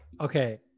Okay